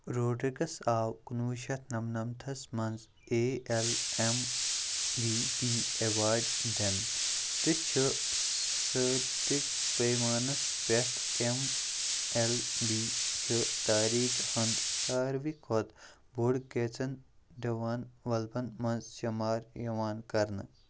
Rodrigues آو کُنہٕ وُہ شٮ۪تھ نَمنمتھَس منٛز A L M V P award دِنہٕ تہٕ چھُ پَیمانَس پٮ۪ٹھ ایٚم ایٚل بی چہ تٲریٖخ ہُنٛد ساروٕے کھوتہٕ بوٚڑ منٛز شُمار یِوان کرنہٕ